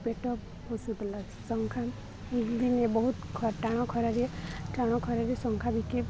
ପେଟ ବଷୁ ପଲା ଶଙ୍ଖା ବହୁତ ଟଣ ଖରାରେ ଟାଣ ଖରାରେ ଶଙ୍ଖା ବିକି